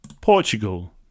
Portugal